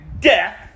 death